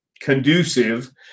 conducive